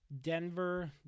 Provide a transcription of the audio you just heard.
Denver